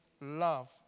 love